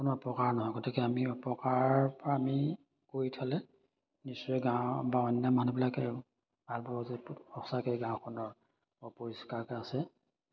কোনো অপকাৰ নহয় গতিকে আমি অপকাৰৰ পৰা আমি নিশ্চয় গাঁও বা অন্যান্য মানুহবিলাকে ভাল পাব যে সঁচাকৈ গাঁওখনৰ অপৰিষ্কাৰকৈ আছে